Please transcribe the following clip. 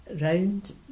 round